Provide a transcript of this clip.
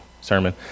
sermon